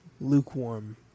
Lukewarm